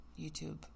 YouTube